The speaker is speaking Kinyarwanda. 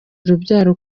urubyaro